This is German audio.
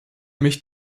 mich